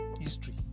history